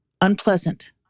Unpleasant